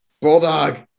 Bulldog